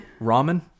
Ramen